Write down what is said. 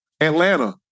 Atlanta